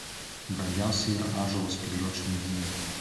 brangiausi yra ąžuolo spygliuočių medynai